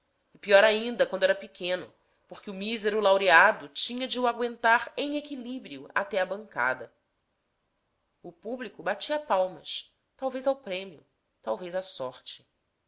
e pior ainda quando era pequeno porque o mísero laureado tinha de o agüentar em equilíbrio até à bancada o público batia palmas talvez ao prêmio talvez à sorte